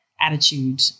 attitude